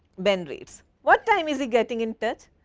ben reads. what time is he getting in touch?